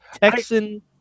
texan